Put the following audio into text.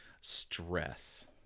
stress